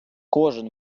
кожен